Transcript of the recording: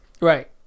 Right